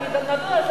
אנחנו נדון על זה,